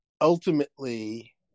ultimately